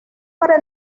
para